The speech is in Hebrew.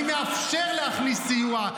אני מאפשר להכניס סיוע.